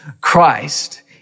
Christ